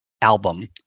album